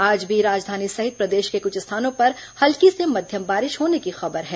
आज भी राजधानी सहित प्रदेश के कुछ स्थानों पर हल्की से मध्यम बारिश होने की खबर है